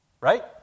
right